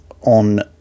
on